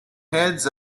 heads